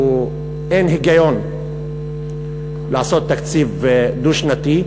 אין היגיון לעשות תקציב דו-שנתי.